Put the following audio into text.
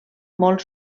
molt